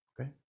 Okay